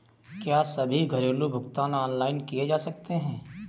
क्या सभी घरेलू भुगतान ऑनलाइन किए जा सकते हैं?